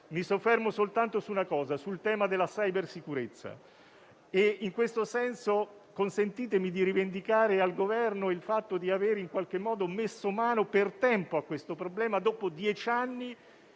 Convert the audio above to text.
mi soffermo soltanto sul tema della cybersicurezza. In questo senso, consentitemi di rivendicare al Governo il fatto di avere in qualche modo messo mano per tempo a questo problema, dopo dieci anni